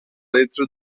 letra